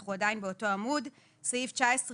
אנחנו עדיין בעמוד 2. סעיף 19נג,